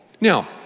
now